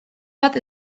bat